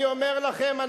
אני אומר לכם,